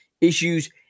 issues